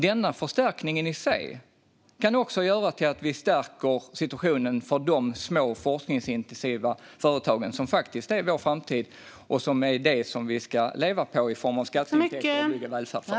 Denna förstärkning kan i sig också göra att vi stärker situationen för de små forskningsintensiva företag som är vår framtid. Det är dem vi ska leva på i form av skatteintäkter att bygga välfärd för.